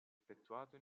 effettuato